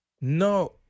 No